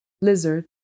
lizard